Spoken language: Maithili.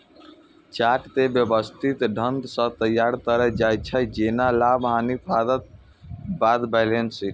चार्ट कें व्यवस्थित ढंग सं तैयार कैल जाइ छै, जेना लाभ, हानिक खाताक बाद बैलेंस शीट